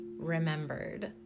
remembered